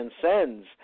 transcends